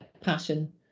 passion